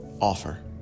offer